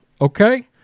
Okay